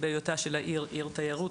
בהיותה של העיר עיר תיירות,